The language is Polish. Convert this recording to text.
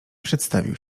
przedstawił